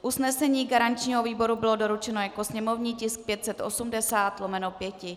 Usnesení garančního výboru bylo doručeno jako sněmovní tisk 580/5.